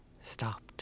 stopped